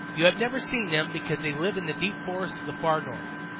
you have never seen them because they live in the deep forests of the far north.